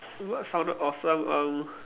what sounded awesome um